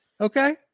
Okay